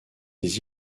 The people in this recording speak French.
des